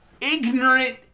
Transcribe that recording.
ignorant